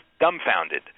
dumbfounded